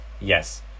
Yes